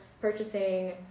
purchasing